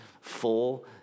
full